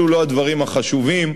אלו לא הדברים החשובים.